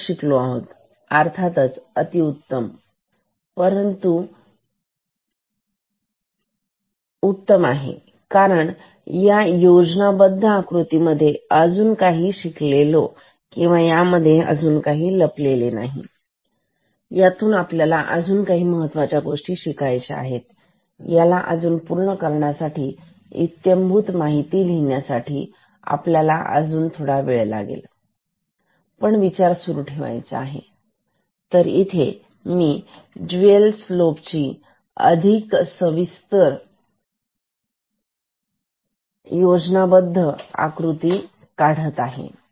चांगलंच शिकलो आहोत अर्थातच अति उत्तम परंतु उत्तम आहे कारण या योजनाबद्ध आकृती मध्ये अजून काही माहिती लपलेली आहे यातल्या अजून काही महत्त्वाच्या गोष्टी आपल्याला शिकायचं आहेत याला अजून पूर्ण करण्यासाठी याची इत्यंभूत माहिती लिहिण्यासाठी अजून थोडा वेळ आपल्याला घ्यायचा आहे आणि हा विचार सुरु ठेवायचा आहे तर इथे मी डुएल स्लोप होल्टमिटर ची अधिक तपशीलवार योजनाबद्ध आकृती काढत आहे